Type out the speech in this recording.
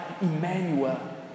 Emmanuel